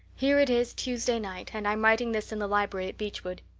here it is tuesday night and i'm writing this in the library at beechwood.